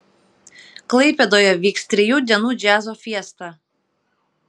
klaipėdoje vyks trijų dienų džiazo fiesta